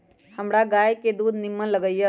हमरा गाय के दूध निम्मन लगइय